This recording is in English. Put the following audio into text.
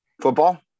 Football